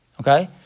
Okay